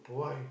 why